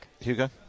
Hugo